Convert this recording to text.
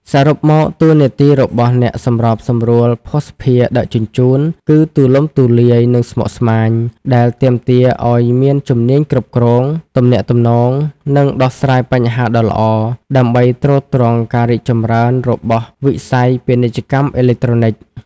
សរុបមក តួនាទីរបស់អ្នកសម្របសម្រួលភស្តុភារដឹកជញ្ជូនគឺទូលំទូលាយ និងស្មុគស្មាញ ដែលទាមទារឱ្យមានជំនាញគ្រប់គ្រង ទំនាក់ទំនង និងដោះស្រាយបញ្ហាដ៏ល្អ ដើម្បីទ្រទ្រង់ការរីកចម្រើនរបស់វិស័យ ពាណិជ្ជកម្មអេឡិចត្រូនិក។